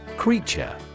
Creature